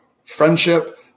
friendship